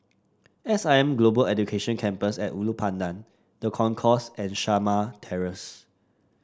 S I M Global Education Campus at Ulu Pandan The Concourse and Shamah Terrace